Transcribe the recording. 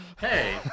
Hey